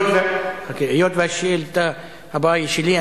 היות שהשאילתא הבאה היא שלי,